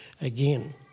again